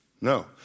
No